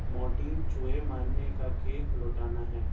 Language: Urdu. مارٹین چوہے مارنے کا کیک لوٹانا ہے